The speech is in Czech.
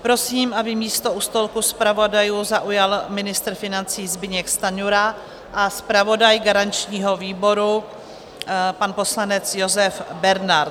Prosím, aby místo u stolku zpravodajů zaujal ministr financí Zbyněk Stanjura a zpravodaj garančního výboru, pan poslanec Josef Bernard.